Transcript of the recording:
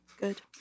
Good